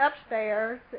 upstairs